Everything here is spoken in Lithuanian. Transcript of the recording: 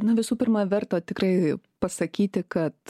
na visų pirma verta tikrai pasakyti kad